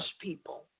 people